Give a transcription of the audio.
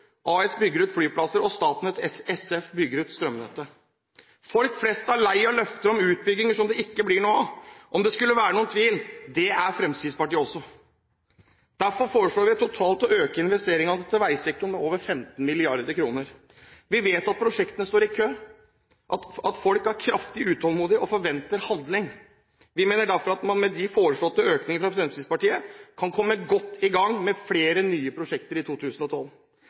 AS bygger ut flyplasser og Statnett SF bygger ut strømnettet. Folk flest er lei av løfter om utbygginger som det ikke blir noe av. Om det skulle være noen tvil: Det er Fremskrittspartiet også. Derfor foreslår vi å øke investeringene til veisektoren med over 15 mrd. kr totalt. Vi vet at prosjektene står i kø, og at folk er kraftig utålmodige og forventer handling. Vi mener derfor at man med de foreslåtte økningene fra Fremskrittspartiet kan komme godt i gang med flere nye prosjekter i 2012.